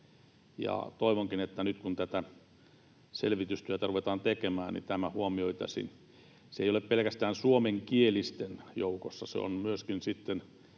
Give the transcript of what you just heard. toivonkin, että nyt kun tätä selvitystyötä ruvetaan tekemään, niin tämä huomioitaisiin. Se ei ole pelkästään suomenkielisten joukossa, se on myöskin sitten